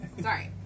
Sorry